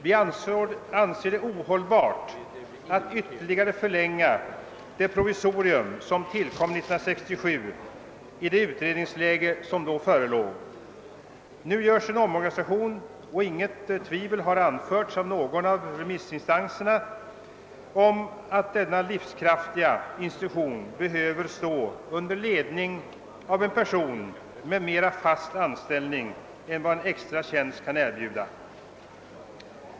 Vi anser det ohållbart att ytterligare förlänga det provisorium som tillkom 1967 i det utredningsläge som då förelåg. Nu görs en omorganisation, och ingen av remissinstanserna har tvivlat på att denna livskraftiga institution behöver stå under ledning av en person med mera fast anställning än vad en extra tjänst kan erbjuda.